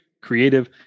creative